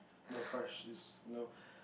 my crush is you know